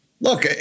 Look